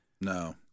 No